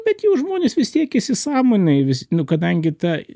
bet jau žmonės vis siekiasi sąmonėj vis nu kadangi ta